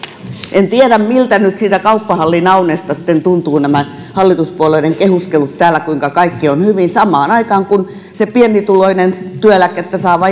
en tiedä miltä nyt siitä kauppahallin aunesta sitten tuntuvat nämä hallituspuolueiden kehuskelut täällä kuinka kaikki on hyvin samaan aikaan kun se pienituloinen työeläkettä saava